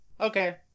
Okay